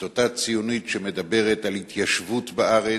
את אותה ציונות שמדברת על התיישבות בארץ,